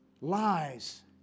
lies